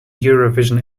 eurovision